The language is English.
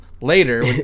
later